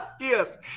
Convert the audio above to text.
yes